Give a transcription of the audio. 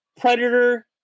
Predator